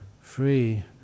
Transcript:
free